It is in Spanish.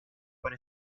para